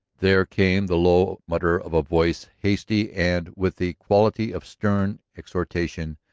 there came the low mutter of a voice hasty and with the quality of stern exhortation,